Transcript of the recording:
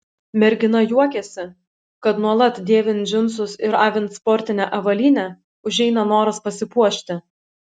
mergina juokiasi kad nuolat dėvint džinsus ir avint sportinę avalynę užeina noras pasipuošti